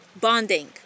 Bonding